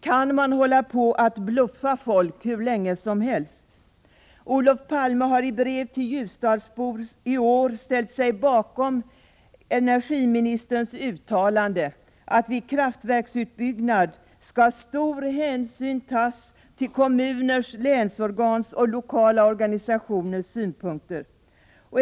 Kan man hålla på att bluffa folk hur länge som helst? Olof Palme har i brev till ljusdalsbor i år ställt sig bakom energiministerns uttalande, att vid en kraftverksutbyggnad skall stor hänsyn tas till kommuners, länsorgans och lokala organisationers synpunkter.